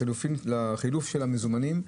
לחילוף המזומנים.